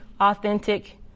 authentic